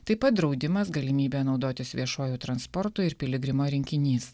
taip pat draudimas galimybė naudotis viešuoju transportu ir piligrimo rinkinys